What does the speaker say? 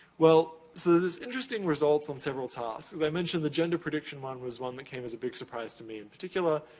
well, so, there's this interesting result on several tasks. as i mentioned, the gender prediction one was one that came as a big surprise to me in particular.